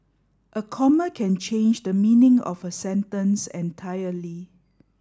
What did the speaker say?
a comma can change the meaning of a sentence entirely